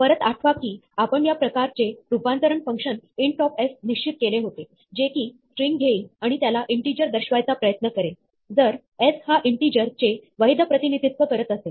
परत आठवा की आपण या प्रकारचे रूपांतरण फंक्शन int of s निश्चित केले होते जे की स्ट्रिंग घेईल आणि त्याला इन्टिजर दर्शवायचा प्रयत्न करेल जर s हा इन्टिजर चे वैध प्रतिनिधीत्व करत असेल